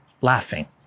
laughing